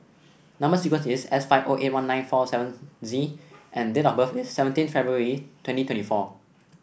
number sequence is S five O eight one nine four seven Z and date of birth is seventeen February twenty twenty four